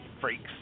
Freaks